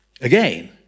again